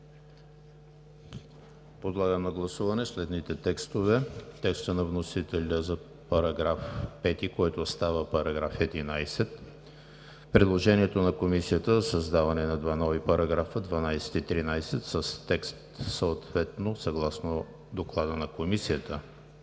Подлагам на гласуване следните текстове: текста на вносителя за § 5, който става § 11; предложението на Комисията за създаване на два нови параграфа 12 и 13 с текст съответно съгласно Доклада на Комисията